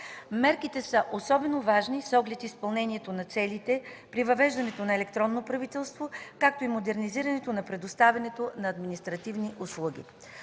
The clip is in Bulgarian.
Мерките са особено важни с оглед изпълнението на целите при въвеждането на електронно правителство, както и модернизирането на предоставянето на административни услуги.